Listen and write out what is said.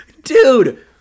Dude